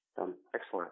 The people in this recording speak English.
Excellent